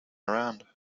around